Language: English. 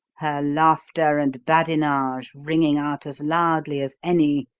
her laughter and badinage ringing out as loudly as any,